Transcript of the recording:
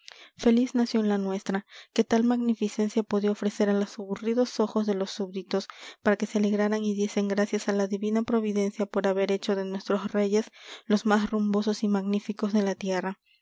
feliz nación la nuestra que tal magnificencia podía ofrecer a los aburridos ojos de los súbditos para que se alegraran y diesen gracias a la divina providencia por haber hecho de nuestros reyes los más rumbosos y magníficos de la tierra